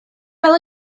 fel